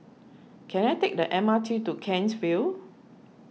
can I take the M R T to Kent's Vale